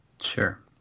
Sure